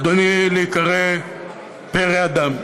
אדוני, להיקרא "פרא אדם"?